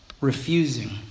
Refusing